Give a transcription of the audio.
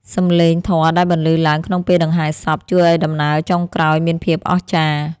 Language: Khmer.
សំឡេងធម៌ដែលបន្លឺឡើងក្នុងពេលដង្ហែសព ជួយឱ្យដំណើរចុងក្រោយមានភាពអស្ចារ្យ។